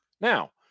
Now